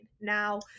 Now